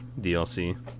DLC